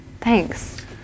thanks